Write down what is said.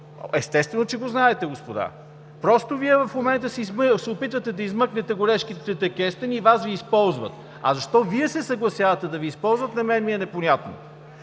Естествено, че го знаете, господа! Просто Вие в момента се опитвате да измъкнете горещите кестени и Вас Ви използват. А защо Вие се съгласявате да Ви използват, на мен ми е непонятно.